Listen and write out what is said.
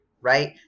Right